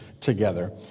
together